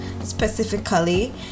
specifically